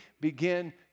begin